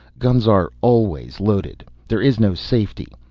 guns are always loaded. there is no safety.